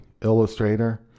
Illustrator